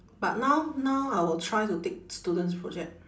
but now now I will try to take students project